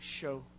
show